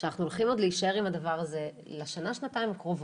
שאנחנו הולכים עוד להישאר עם הדבר הזה לשנה שנתיים הקרובות,